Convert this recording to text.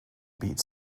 beat